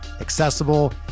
accessible